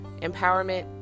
empowerment